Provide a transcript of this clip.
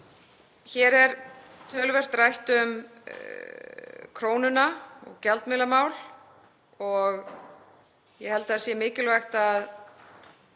Hér er töluvert rætt um krónuna og gjaldmiðlamál. Ég held að það sé mikilvægt að